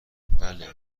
بلکه